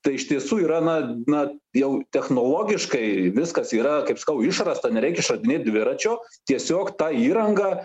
tai iš tiesų yra na na jau technologiškai viskas yra kaip sakau išrasta nereikia išradinėt dviračio tiesiog tą įrangą